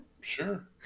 sure